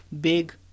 big